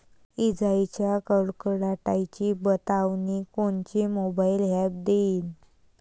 इजाइच्या कडकडाटाची बतावनी कोनचे मोबाईल ॲप देईन?